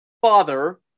father